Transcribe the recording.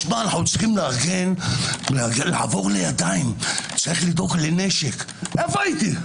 צריך לעבור לידיים, צריך לדאוג לנשק איפה הייתי?